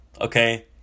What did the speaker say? okay